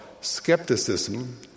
skepticism